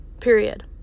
period